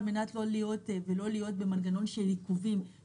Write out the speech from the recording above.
אימצנו את מסלול הפיקוח של הממונה על התקינה לשמירת הרציפות